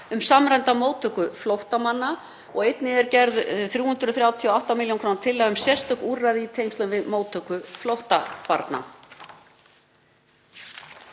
um samræmda móttöku flóttamanna. Einnig er gerð 338 millj. kr. tillaga um sérstök úrræði í tengslum við móttöku flóttabarna.